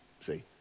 See